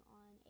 on